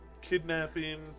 kidnapping